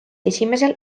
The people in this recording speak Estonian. esimesel